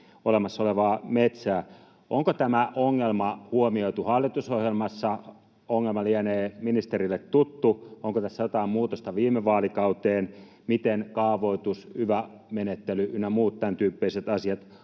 olemassa olevaa metsää. Onko tämä ongelma huomioitu hallitusohjelmassa? Ongelma lienee ministerille tuttu. Onko tässä jotain muutosta viime vaalikauteen, miten kaavoitus, yva-menettely ynnä muut tämäntyyppiset asiat